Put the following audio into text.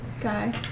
guy